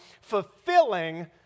fulfilling